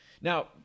Now